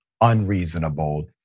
unreasonable